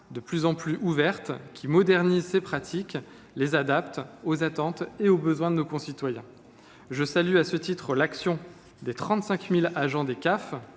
de plus en plus souple : à preuve, elle modernise ses pratiques et les adapte aux attentes et aux besoins de nos concitoyens. Je salue à ce titre l’action des 35 000 agents des